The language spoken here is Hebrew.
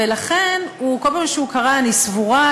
ולכן כל פעם שהוא קרא: אני סבורה,